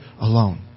alone